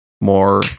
more